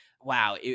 Wow